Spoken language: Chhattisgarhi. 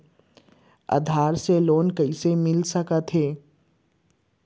आधार से लोन कइसे मिलिस सकथे?